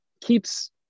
keeps